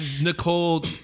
Nicole